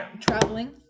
traveling